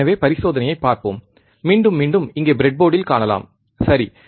எனவே இந்தப் பரிசோதனையைப் பார்ப்போம் மீண்டும் மீண்டும் இங்கே ப்ரெட்போர்டில் காணலாம் சரி